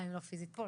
גם אם לא פיסית פה,